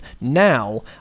Now